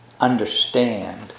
understand